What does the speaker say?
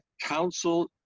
council